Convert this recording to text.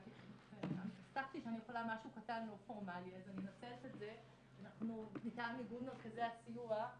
אני אנסח את זה מטעם איגוד מרכזי הסיוע,